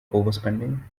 overspending